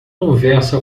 conversa